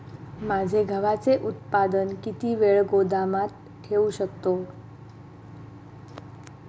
माझे गव्हाचे उत्पादन किती वेळ गोदामात ठेवू शकतो?